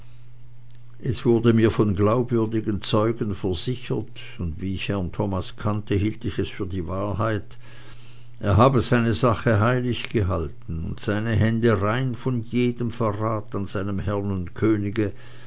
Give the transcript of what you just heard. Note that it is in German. es wurde mir von glaubwürdigen zeugen versichert und wie ich herrn thomas kannte hielt ich es für wahrheit er habe seine sache heilig gehalten und seine hände rein von jedem verrat an seinem herrn und